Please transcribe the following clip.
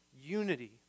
unity